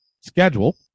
schedule